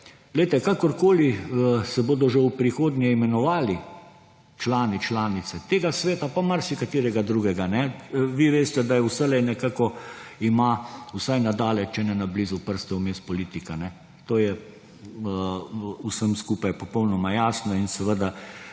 kakorkoli se bodo že v prihodnje imenovali člani, članice tega sveta, pa marsikaterega drugega, vi veste, da vselej nekako ima, vsaj na daleč, če ne na blizu, prste vmes politika. To je vsem skupaj popolnoma jasno in seveda